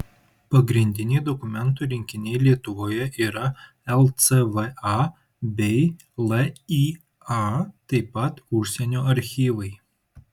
pagrindiniai dokumentų rinkiniai lietuvoje yra lcva bei lya taip pat užsienio archyvai